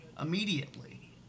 immediately